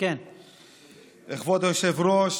כבוד היושב-ראש,